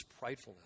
pridefulness